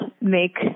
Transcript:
make